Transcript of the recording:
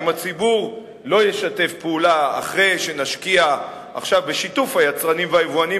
אם הציבור לא ישתף פעולה אחרי שנשקיע עכשיו בשיתוף היצרנים והיבואנים,